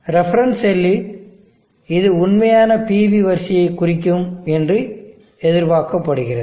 reference செல்லில் இது உண்மையான PV வரிசையை குறிக்கும் என்று எதிர்பார்க்கப்படுகிறது